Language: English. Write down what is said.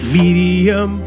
medium